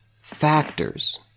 factors